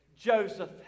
Joseph